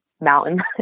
mountain